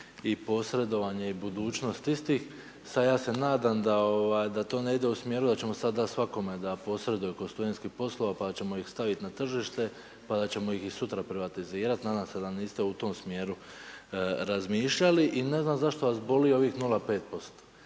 i posredovanje i budućnost istih sa ja se nadam da to ne ide u smjeru da ćemo sada dati svakome da posreduje oko studentskih poslova pa ćemo ih staviti na tržište pa da ćemo ih i sutra privatizirati. Nadam se da niste u tom smjeru razmišljali. I ne znam zašto vas boli ovih 0,5%.